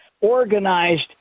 organized